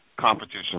competition